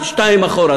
שניים אחורה.